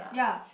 ya